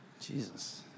Jesus